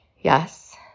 Yes